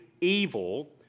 evil